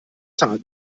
tal